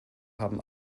haben